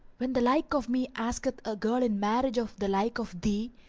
when the like of me asketh a girl in marriage of the like of thee,